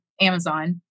Amazon